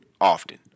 often